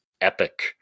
epic